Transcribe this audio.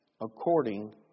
according